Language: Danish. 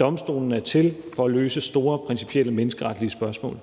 Domstolene er til for at løse store principielle menneskeretlige spørgsmål.